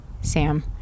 Sam